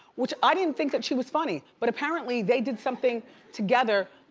which i didn't think that she was funny, but apparently they did something together